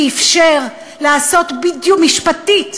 שאפשר משפטית